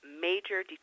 major